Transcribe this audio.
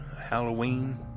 halloween